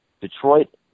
Detroit